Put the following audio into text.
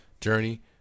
journey